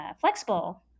flexible